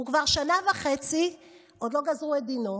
כבר שנה וחצי עוד לא גזרו את דינו.